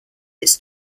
its